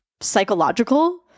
psychological